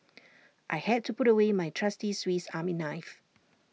I had to put away my trusty Swiss army knife